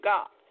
God